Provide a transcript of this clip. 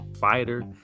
fighter